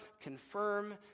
confirm